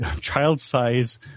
child-size